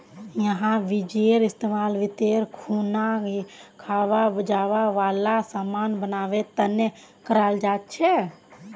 यहार बीजेर इस्तेमाल व्रतेर खुना खवा जावा वाला सामान बनवा तने कराल जा छे